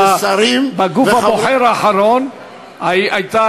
בגוף הבוחר האחרון הייתה